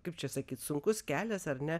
kaip čia sakyt sunkus kelias ar ne